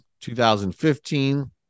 2015